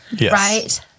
right